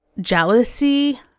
jealousy